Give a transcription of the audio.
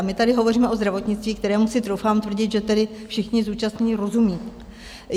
A my tady hovoříme o zdravotnictví, kterému si, troufám tvrdit, že tedy všichni zúčastnění rozumí?